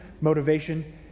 motivation